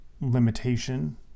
limitation